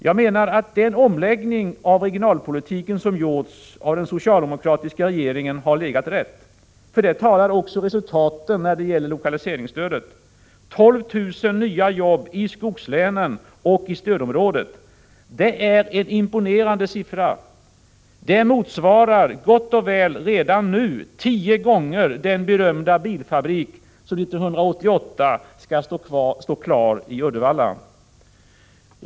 Jag menar att den omläggning av regionalpolitiken som gjorts av den socialdemokratiska regeringen har legat rätt. För det talar resultaten när det gäller lokaliseringsstödet: 12 000 nya jobb i skogslänen och i stödområdet. Det är en imponerande siffra. Det motsvarar redan nu gott och väl tio gånger den berömda bilfabrik som 1988 skall stå klar i Uddevalla.